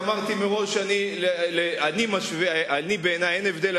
אמרתי מראש שבעיני אין הבדל,